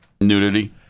nudity